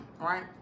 right